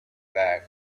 back